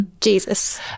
Jesus